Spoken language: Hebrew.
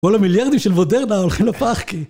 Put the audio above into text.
כל המיליארדים של מודרנה הולכים לפח, כי